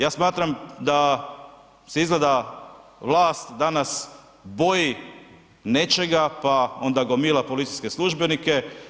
Ja smatram da se izgleda vlast danas boji nečega, pa onda gomila policijske službenike.